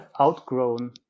outgrown